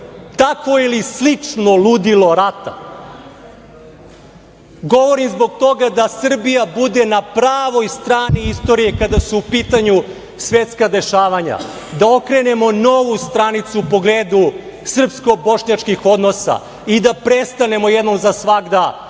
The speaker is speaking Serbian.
takvo ili slično ludilo rata. Govorim zbog toga da Srbija bude na pravoj strani istorije kada su u pitanju svetska dešavanja, da okrenemo novu stranicu u pogledu srpsko–bošnjačkih odnosa i da prestanemo jednom za svagda